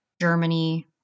Germany